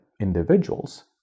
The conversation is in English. individuals